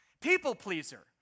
people-pleaser